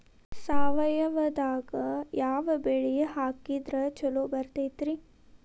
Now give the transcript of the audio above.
ಸಾವಯವದಾಗಾ ಯಾವ ಬೆಳಿ ಬೆಳದ್ರ ಛಲೋ ಬರ್ತೈತ್ರಿ?